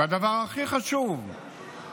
הדבר הכי חשוב הוא שבפועל,